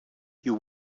you